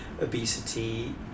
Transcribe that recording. obesity